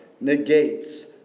negates